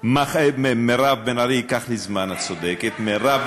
לקרוא לי מרב מיכאלי.